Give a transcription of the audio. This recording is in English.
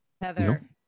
heather